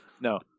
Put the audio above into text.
No